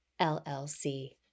LLC